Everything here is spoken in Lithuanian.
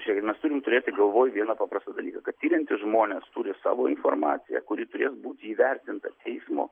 čia jau mes turim turėti galvoj vieną paprastą dalyką kad tiriantys žmonės turi savo informaciją kuri turės būti įvertinta teismo